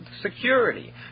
security